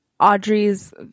Audrey's